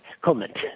comment